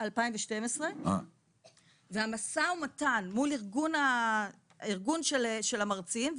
2012. המשא ומתן מול הארגון של המרצים,